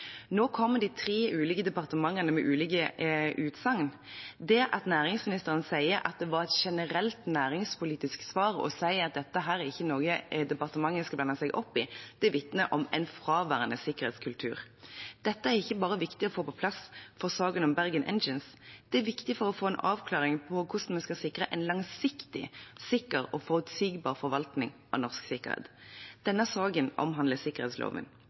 Nå kommer de tre ulike departementene med ulike utsagn. Det at næringsministeren sier at det var et generelt næringspolitisk svar å si at dette er ikke noe departementet skal blande seg opp i, vitner om en fraværende sikkerhetskultur. Dette er ikke bare viktig å få på plass for saken om Bergen Engines. Det er viktig for å få en avklaring på hvordan vi skal sikre en langsiktig, sikker og forutsigbar forvaltning av norsk sikkerhet. Denne saken omhandler sikkerhetsloven.